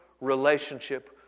relationship